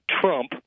Trump